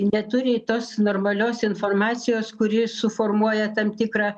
neturi tos normalios informacijos kuri suformuoja tam tikrą